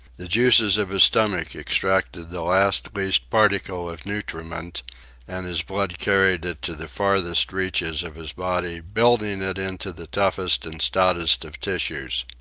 the juices of his stomach extracted the last least particle of nutriment and his blood carried it to the farthest reaches of his body, building it into the toughest and stoutest of tissues.